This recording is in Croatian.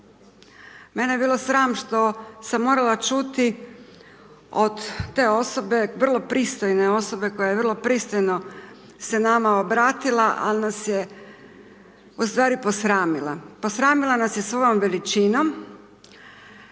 Mene je bilo sram što sam morala čuti od te osobe, vrlo pristojne osobe koja je vrlo pristojno se nama obratila, al' nas je u stvari posramila. Posramila nas je svojom veličinom,